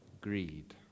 Greed